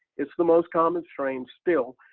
it's the most common strain still,